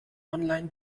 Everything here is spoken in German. online